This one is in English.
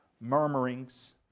murmurings